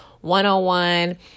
one-on-one